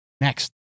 Next